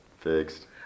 Fixed